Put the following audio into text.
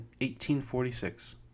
1846